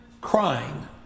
crying